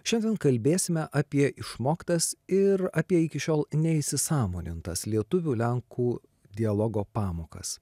šiandien kalbėsime apie išmoktas ir apie iki šiol neįsisąmonintas lietuvių lenkų dialogo pamokas